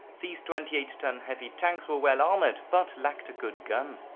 these twenty eight tonne heavy tanks were well-armoured but lacked a good gun.